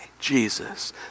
jesus